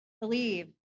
believe